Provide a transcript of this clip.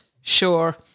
sure